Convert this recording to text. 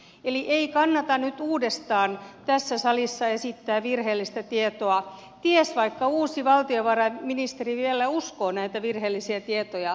eli ei kannata nyt uudestaan tässä salissa esittää virheellistä tietoa ties vaikka uusi valtiovarainministeri vielä uskoo näitä virheellisiä tietoja